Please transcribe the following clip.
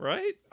Right